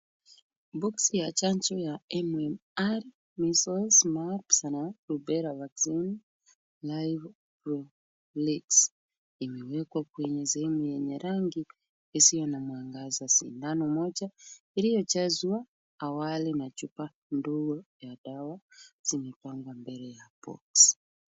Boksi ya chanjo ya MMR measles, mumps na rubela vaccine nairolix , imewekwa kwenye sehemu yenye rangi isiyo na mwangaza. Sindano moja iliyojazwa awali na chupa ndogo ya dawa zimepangwa mbele ya box .